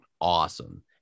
awesome